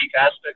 aspects